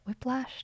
Whiplashed